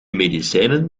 medicijnen